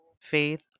faith